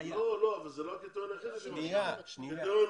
הם מדברים על